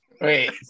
Wait